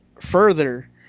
further